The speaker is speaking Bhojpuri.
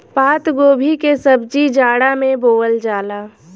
पातगोभी के सब्जी जाड़ा में बोअल जाला